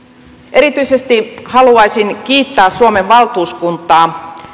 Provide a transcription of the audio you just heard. erityisesti haluaisin kiittää suomen valtuuskuntaa